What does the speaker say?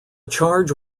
charge